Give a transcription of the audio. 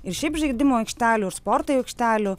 ir šiaip žaidimų aikštelių ir sporto aikštelių